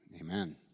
Amen